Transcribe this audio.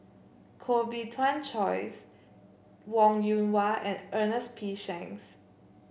Koh Bee Tuan Joyce Wong Yoon Wah and Ernest P Shanks